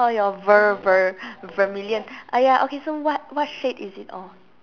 or your ver~ ver~ vermillion ah ya so what what what shade is it of